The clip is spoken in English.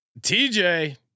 TJ